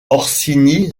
orsini